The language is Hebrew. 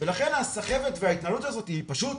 לכן הסחבת וההתנהלות הזאת היא פשוט